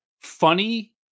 funny –